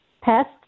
pests